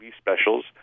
specials